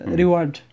reward